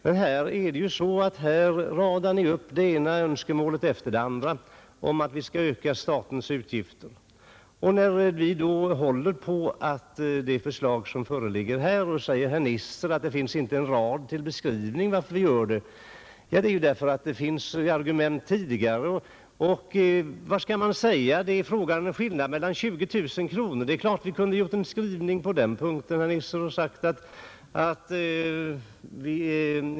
Men här radar ni upp det ena önskemålet efter det andra om att vi skall öka statens utgifter, och när vi håller på det förslag som föreligger säger herr Nisser att det inte finns en rad till beskrivning av varför vi gör det. Det finns ju argument sedan tidigare. Här är det fråga om en skillnad på 20 000 kronor, och det är klart att vi kunde ha gjort en skrivning på den punkten.